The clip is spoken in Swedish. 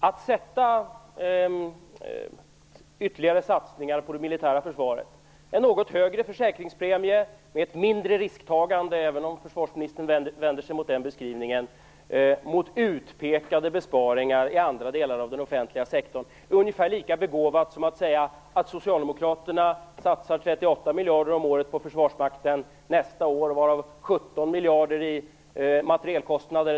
Att ställa ytterligare satsningar på det militära försvaret - en något högre försäkringspremie med ett mindre risktagande, även om försvarsministern vänder sig emot den beskrivningen - mot utpekade besparingar i andra delar av den offentliga sektorn är ungefär lika begåvat som att säga att Socialdemokraterna satsar 38 miljarder på Försvarsmakten nästa år, varav 17 miljarder i materielkostnader.